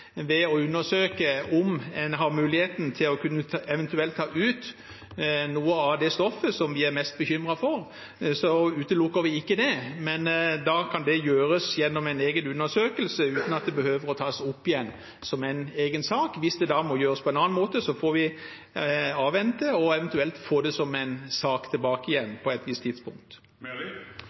ved å undersøke om en har muligheten til eventuelt å kunne ta ut noe av det stoffet som vi er mest bekymret for, utelukker vi ikke det, men da kan det gjøres gjennom en egen undersøkelse, uten at det må tas opp igjen som en egen sak. Hvis det må gjøres på en annen måte, får vi avvente og eventuelt få det tilbake igjen som en sak på et visst tidspunkt.